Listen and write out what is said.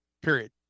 Period